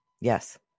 yes